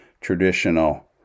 traditional